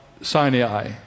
Sinai